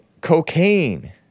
cocaine